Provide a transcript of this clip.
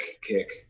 kick